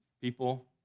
people